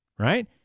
right